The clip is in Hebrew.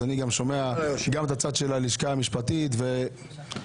אני גם שומע את הצד של הלשכה המשפטית ומשתדל.